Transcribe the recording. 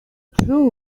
through